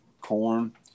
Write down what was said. corn